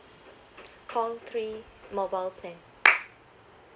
call three mobile plan